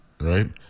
right